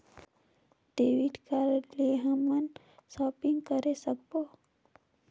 Debit card ले हमन shopping करे सकबो?